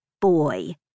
Boy